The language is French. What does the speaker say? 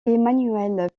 emanuel